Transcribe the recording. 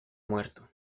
muerto